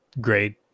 great